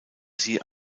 sie